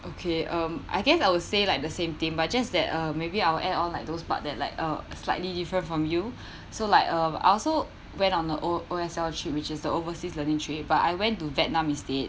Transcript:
okay um I guess I would say like the same thing but just that uh maybe I'll add on like those part that like uh slightly different from you so like uh I also went on the O O_S_L trip which is the overseas learning trip but I went to vietnam instead